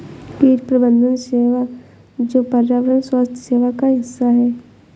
कीट प्रबंधन सेवा जो पर्यावरण स्वास्थ्य सेवा का हिस्सा है